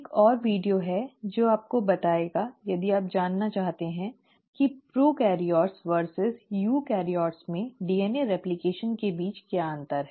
एक और वीडियो है जो आपको बताएगा यदि आप जानना चाहते हैं कि प्रोकैरियोट्स बनाम यूकेरियोट्स में डीएनए रेप्लकेशन के बीच क्या अंतर है